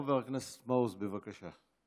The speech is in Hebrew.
חבר הכנסת מעוז, בבקשה.